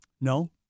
No